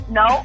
no